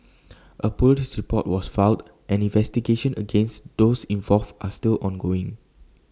A Police report was filed and investigations against those involved are still ongoing